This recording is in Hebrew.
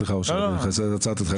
סליחה עצרתי אותך?